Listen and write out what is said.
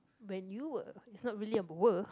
when you were it's not really a were